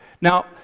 Now